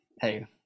hey